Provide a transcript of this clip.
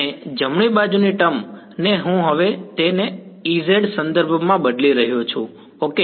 અને જમણી બાજુની ટર્મ ને હું હવે તેને Ez સંદર્ભમાં બદલી રહ્યો છું ઓકે